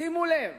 שימו לב,